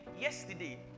yesterday